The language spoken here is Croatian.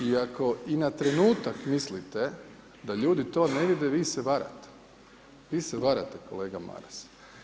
I ako na trenutak mislite da ljudi to ne vide vi se varate, vi se varate kolega Maras.